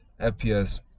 FPS